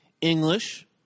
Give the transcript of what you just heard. English